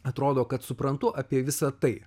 atrodo kad suprantu apie visa tai